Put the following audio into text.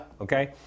Okay